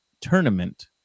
tournament